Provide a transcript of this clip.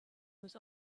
was